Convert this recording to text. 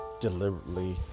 deliberately